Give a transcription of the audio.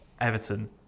Everton